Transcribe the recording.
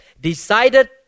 decided